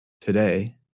today